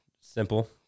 simple